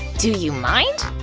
do you mind!